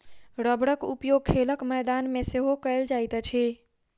रबड़क उपयोग खेलक मैदान मे सेहो कयल जाइत अछि